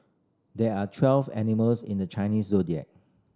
there are twelve animals in the Chinese Zodiac